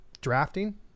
drafting